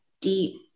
deep